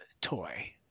toy